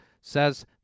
says